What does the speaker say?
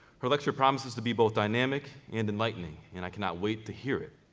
her lecture promises to be both dynamic and enlightening, and i can not wait to hear it,